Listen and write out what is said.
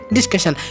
Discussion